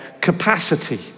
capacity